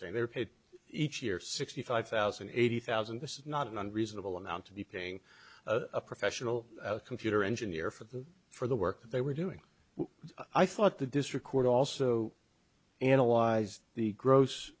saying they're paid each year sixty five thousand eighty thousand this is not an unreasonable amount to be paying a professional computer engineer for them for the work they were doing i thought the district court also analyzed the gross